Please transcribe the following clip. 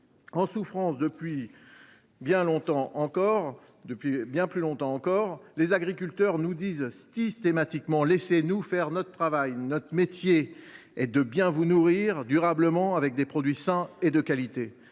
en souffrance depuis bien plus longtemps encore et nous disent systématiquement :« Laissez nous faire notre travail, notre métier, et bien vous nourrir durablement avec des produits sains et de qualité.